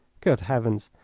good heavens!